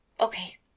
Okay